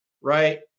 right